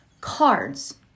cards